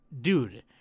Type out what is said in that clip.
Dude